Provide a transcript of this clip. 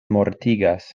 mortigas